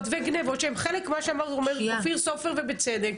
וגניבות שהן חלק ממה שאומר אופיר סופר ובצדק,